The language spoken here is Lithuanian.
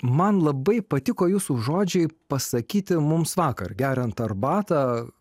man labai patiko jūsų žodžiai pasakyti mums vakar geriant arbatą